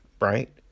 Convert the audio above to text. right